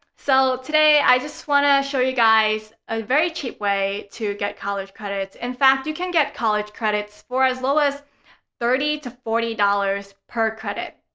so today, i just want to show you guys a very a cheap way to get college credits. in fact, you can get college credits for as low as thirty to forty dollars per credit.